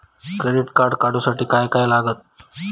Credit card काढूसाठी काय काय लागत?